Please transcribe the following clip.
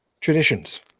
traditions